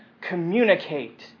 communicate